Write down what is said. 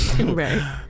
Right